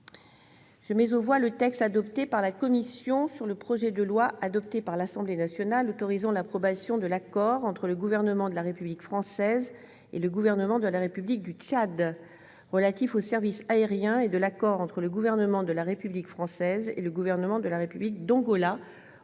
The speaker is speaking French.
Je mets aux voix le texte adopté par la commission sur le projet de loi, adopté par l'Assemblée nationale, autorisant l'approbation de l'accord entre le Gouvernement de la République française et le Gouvernement de la République du Tchad relatif aux services aériens et de l'accord entre le Gouvernement de la République française et le Gouvernement de la République d'Angola